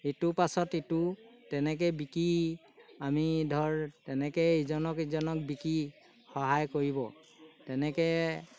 ইটো পাছত ইটো তেনেকৈ বিকি আমি ধৰ তেনেকৈ ইজনক ইজনক বিকি সহায় কৰিব তেনেকৈ